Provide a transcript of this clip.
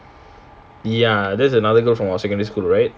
ya that's another girl from our secondary school right